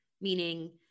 meaning